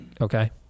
okay